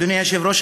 אדוני היושב-ראש,